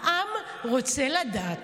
העם רוצה לדעת,